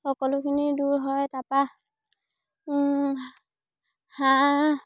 সকলোখিনি দূৰ হয় তাপা হাঁহ